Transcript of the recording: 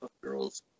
Girls